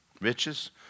Riches